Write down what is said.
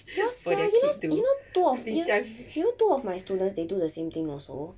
ya sia you know you know two of you you know two of my students they do the same thing also